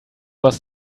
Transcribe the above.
was